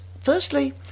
firstly